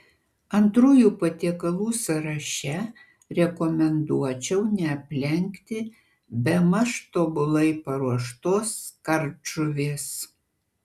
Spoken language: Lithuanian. antrųjų patiekalų sąraše rekomenduočiau neaplenkti bemaž tobulai paruoštos kardžuvės